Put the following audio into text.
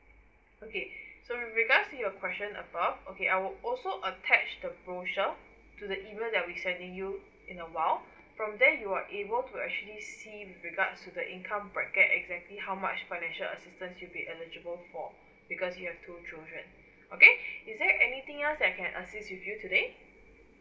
okay so with regards to your question above okay I will also attach the brochure to the email that I'll be sending you in a while from there you will be able to actually see with regards to the income bracket exactly how much financial assistance you'll be eligible for because you have two children okay is there anything else that I can assist with you today